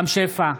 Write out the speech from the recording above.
רם שפע,